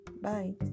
Bye